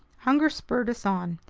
hunger spurred us on.